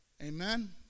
Amen